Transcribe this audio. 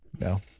no